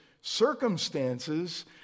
circumstances